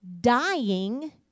dying